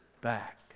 back